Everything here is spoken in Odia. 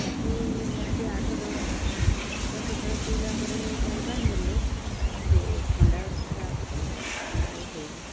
ତାକୁ ନିହାତି ଆଠ ଦଶ ଥର ପିଇଲା ପରେ ଚାରି ପାଞ୍ଚ ଦିନରେ ସେ ଥଣ୍ଡା ତା'ର ଛାଡ଼ିଯାଏ ଥଣ୍ଡା ଆଉ ହୁଏନା